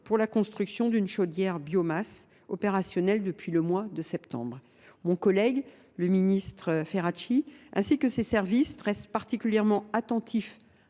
pour la construction d’une chaudière biomasse, opérationnelle depuis le mois de septembre. Mon collègue ministre Marc Ferracci et ses services restent particulièrement attentifs